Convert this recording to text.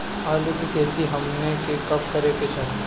आलू की खेती हमनी के कब करें के चाही?